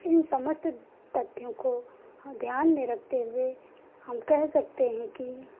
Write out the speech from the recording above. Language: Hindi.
इन समस्त तथ्यों को ध्यान में रखते हुए हम कह सकते हैं कि